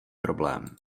problém